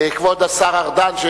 כבוד השר ארדן,